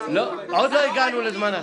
עוד לא הגענו לזמן ההסעה.